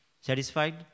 Satisfied